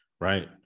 right